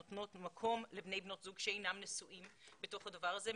נותנות מקום לבני\בנות זוג שאינם נשואים בתוך הדבר הזה,